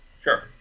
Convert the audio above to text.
Sure